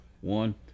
one